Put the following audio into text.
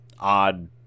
odd